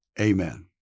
amen